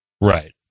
Right